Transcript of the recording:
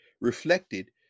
reflected